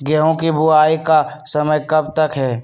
गेंहू की बुवाई का समय कब तक है?